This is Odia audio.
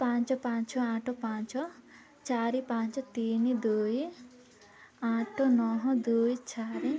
ପାଞ୍ଚ ପାଞ୍ଚ ଆଠ ପାଞ୍ଚ ଚାରି ପାଞ୍ଚ ତିନି ଦୁଇ ଆଠ ନଅ ଦୁଇ ଚାରି